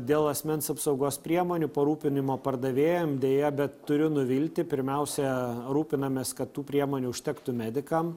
dėl asmens apsaugos priemonių parūpinimo pardavėjam deja bet turiu nuvilti pirmiausia rūpinamės kad tų priemonių užtektų medikam